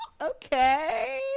okay